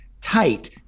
tight